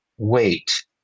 wait